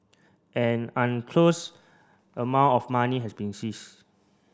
an unclosed amount of money has been seized